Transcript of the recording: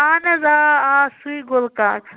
اہن حظ آ آ سُۍ گُلہٕ کاک